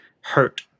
hurt